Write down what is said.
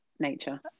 nature